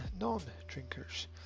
non-drinkers